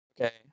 Okay